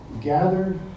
gathered